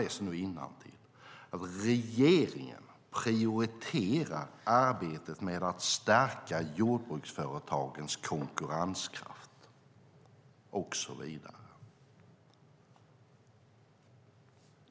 Där står: "Regeringen prioriterar arbetet med att stärka jordbruksföretagens konkurrenskraft" och så vidare.